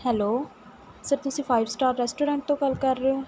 hello sir ਤੁਸੀਂ five star restaurant ਤੋਂ ਗੱਲ ਕਰ ਰਹੇ ਹੋ